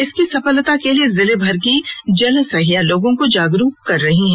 इसकी सफलता के लिए जिले भर की जलसहिया लोगों को जागरूक कर रही हैं